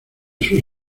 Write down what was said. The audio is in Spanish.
sus